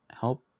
help